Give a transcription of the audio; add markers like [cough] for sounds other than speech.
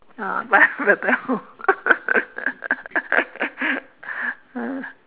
ah [laughs]